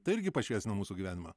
tai irgi pašviesina mūsų gyvenimą